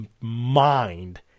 mind